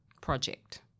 project